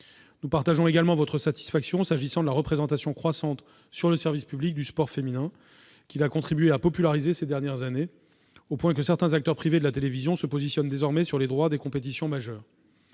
Nous partageons également votre satisfaction s'agissant de la représentation croissante du sport féminin sur les chaînes de service public, qui ont contribué à le populariser ces dernières années, au point que certains acteurs privés de la télévision se positionnent désormais sur les droits des compétitions majeures.